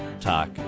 Talk